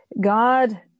God